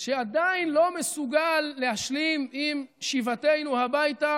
שעדיין לא מסוגל להשלים עם שיבתנו הביתה.